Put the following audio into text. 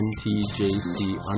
ntjc